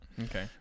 okay